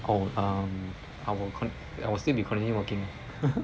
oh um I will con~ I will still be continue working